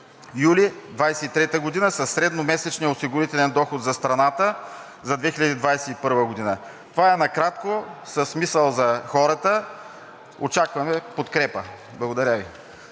юли 2023 г. със средномесечния осигурителен доход за страната 2021 г. Това е накратко с мисъл за хората. Очакваме подкрепа. Благодаря Ви.